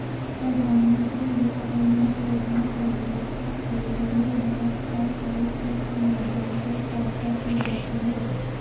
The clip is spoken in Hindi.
प्रधानमंत्री वय वंदना योजना वृद्धावस्था के लिए है, एल.आई.सी के माध्यम से सहायता की जाती है